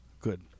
good